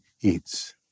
eats